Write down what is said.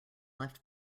left